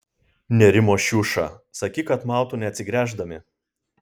nerimo šiuša sakyk kad mautų neatsigręždami